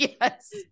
Yes